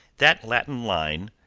that latin line,